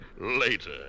Later